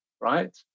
right